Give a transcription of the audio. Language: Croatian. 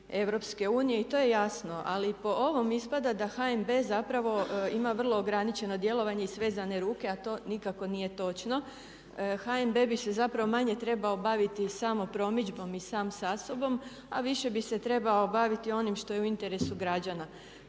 regulaciji EU. To je jasno. Ali, po ovom ispada da HNB zapravo ima vrlo ograničeno djelovanje i svezane ruke, a to nikako nije točno. HNB bi se zapravo manje trebao baviti samo promidžbom i sam sa sobom, a više bi se trebao baviti onim što je u interesu građana